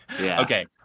Okay